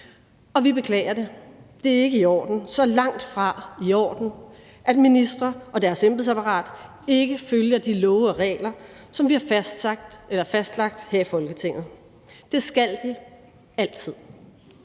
og vi beklager det. Det er ikke i orden – så langtfra i orden – at ministre og deres embedsapparat ikke følger de love og regler, som vi har fastlagt her i Folketinget. Det skal de altid.